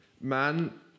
Man